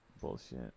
Bullshit